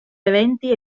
eventi